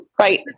Right